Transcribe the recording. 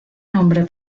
nombre